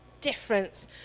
difference